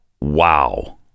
Wow